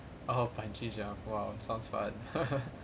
oh bungee jump !wow! sounds fun